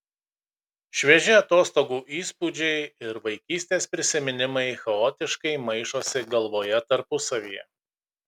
švieži atostogų įspūdžiai ir vaikystės prisiminimai chaotiškai maišosi galvoje tarpusavyje